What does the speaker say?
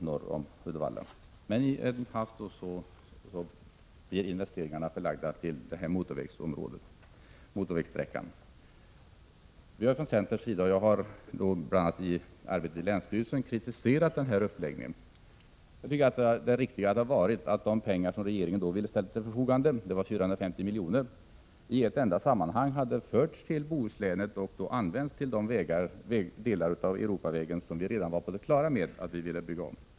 Men i all hast gjordes investeringarna i stället i denna motorväg. Vi har från centerns sida, och jag har även vid arbete i länsstyrelsen, kritiserat denna uppläggning. Jag anser att det riktiga hade varit att de pengar som regeringen ville ställa till förfogande, 450 milj.kr., i ett enda sammanhang skulle ha förts över till Bohuslän och använts till de delar av Europavägen som vi redan var på det klara med att vi ville bygga om.